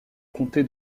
comté